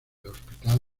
hospital